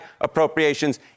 appropriations